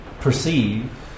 perceive